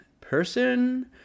person